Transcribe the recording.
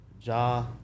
Ja